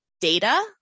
data